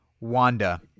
Wanda